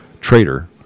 traitor